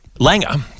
Langer